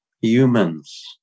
humans